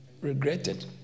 regretted